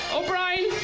O'Brien